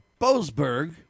Boesberg